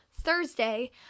Thursday